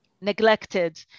neglected